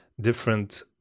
different